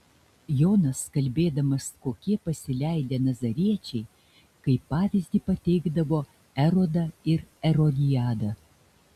jonas kalbėdamas kokie pasileidę nazariečiai kaip pavyzdį pateikdavo erodą ir erodiadą